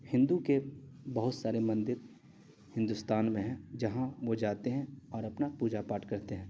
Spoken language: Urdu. ہندو کے بہت سارے مندر ہندوستان میں ہیں جہاں وہ جاتے ہیں اور اپنا پوجا پاٹھ کرتے ہیں